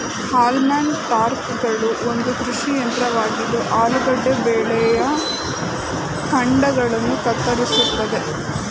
haulm ಟಾಪರ್ಗಳು ಒಂದು ಕೃಷಿ ಯಂತ್ರವಾಗಿದ್ದು ಆಲೂಗೆಡ್ಡೆ ಬೆಳೆಯ ಕಾಂಡಗಳನ್ನ ಕತ್ತರಿಸ್ತದೆ